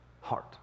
heart